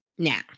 Now